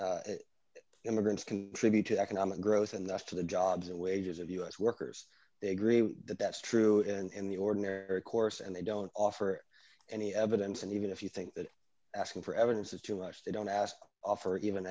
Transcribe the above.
that immigrants contribute to economic growth and to the jobs and wages of u s workers they agree that that's true and the ordinary course and they don't offer any evidence and even if you think that asking for evidence is too much they don't ask offer even